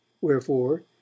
wherefore